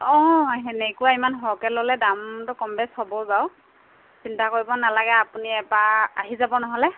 অঁ সেনেকুৱা ইমান সৰহকৈ ল'লে দামটো কম বেছ হ'ব বাৰু চিন্তা কৰিব নালাগে আপুনি এবাৰ আহি যাব নহ'লে